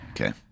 Okay